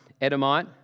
Edomite